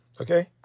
okay